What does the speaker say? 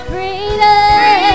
Freedom